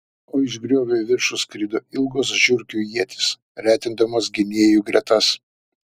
o iš griovio į viršų skrido ilgos žiurkių ietys retindamos gynėjų gretas